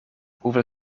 hoeveel